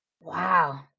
Wow